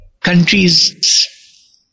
countries